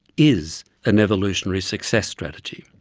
is an evolutionary success strategy.